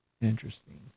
interesting